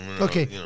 Okay